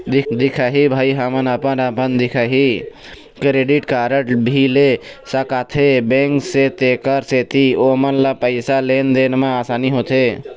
दिखाही भाई हमन अपन अपन दिखाही क्रेडिट कारड भी ले सकाथे बैंक से तेकर सेंथी ओमन ला पैसा लेन देन मा आसानी होथे?